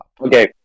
Okay